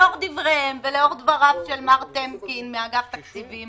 לאור דבריהם ולאור דבריו של מר טמקין מאגף התקציבים,